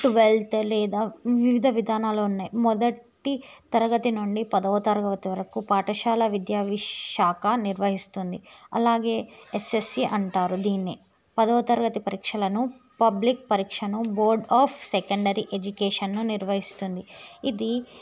wealth లేదా వివిధ విధానాలు ఉన్నాయి మొదటి తరగతి నుండి పదవ తరగతి వరకు పాఠశాల విద్యాశాఖ నిర్వహిస్తుంది అలాగే ఎస్ఎస్సీ అంటారు దీన్ని పదో తరగతి పరీక్షలను పబ్లిక్ పరీక్షను బోర్డ్ ఆఫ్ సెకండరీ ఎడ్యుకేషన్ను నిర్వహిస్తుంది ఇది